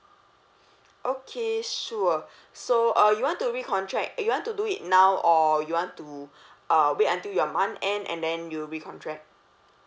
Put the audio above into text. okay sure so uh you want to recontract you want to do it now or you want to uh wait until your month end and then you recontract